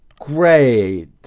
Great